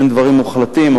אין דברים מוחלטים,